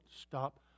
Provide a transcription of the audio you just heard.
stop